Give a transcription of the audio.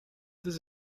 this